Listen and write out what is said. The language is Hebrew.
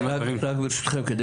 שר הרווחה והביטחון החברתי